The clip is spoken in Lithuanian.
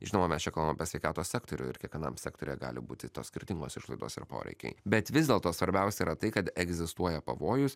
žinoma mes čia kalbam apie sveikatos sektorių ir kiekvienam sektoriuje gali būti tos skirtingos išlaidos ir poreikiai bet vis dėlto svarbiausia yra tai kad egzistuoja pavojus